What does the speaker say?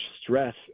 stress